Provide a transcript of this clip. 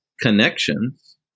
connections